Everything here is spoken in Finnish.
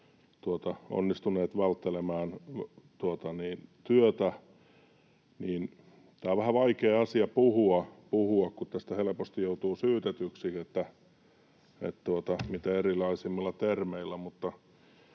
onnistuneet välttelemään työtä. Tämä on vähän vaikea asia puhua, kun tästä helposti joutuu syytetyksi, mitä erilaisimmilla termeillä.